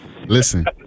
Listen